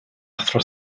athro